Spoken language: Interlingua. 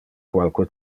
qualque